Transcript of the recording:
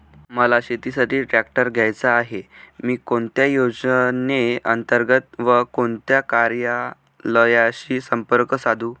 मला शेतीसाठी ट्रॅक्टर घ्यायचा आहे, मी कोणत्या योजने अंतर्गत व कोणत्या कार्यालयाशी संपर्क साधू?